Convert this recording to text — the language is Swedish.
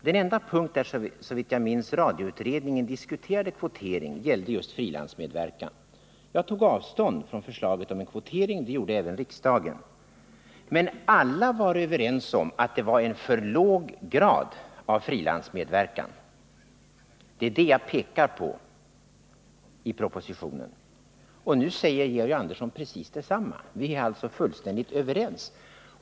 Den enda punkt där såvitt jag minns radioutredningen diskuterade kvotering gällde just frilansmedverkan. Jag tog avstånd från förslaget om en kvotering. Det gjorde även riksdagen. Men alla var överens om att det var en för låg grad av frilansmedverkan. Det är det jag pekar på i propositionen. Nu hävdar Georg Andersson precis detsamma. Vi är fullständigt överens.